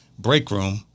breakroom